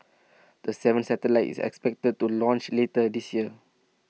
the seventh satellite is expected to launched later this year